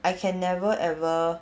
I can never ever